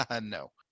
No